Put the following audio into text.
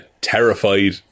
terrified